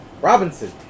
Robinson